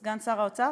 סגן שר האוצר,